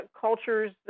cultures